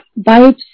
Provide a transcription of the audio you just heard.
vibes